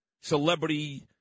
celebrity